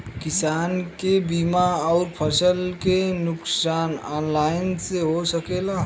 किसान के बीमा अउर फसल के नुकसान ऑनलाइन से हो सकेला?